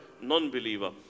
non-believer